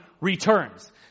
returns